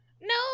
No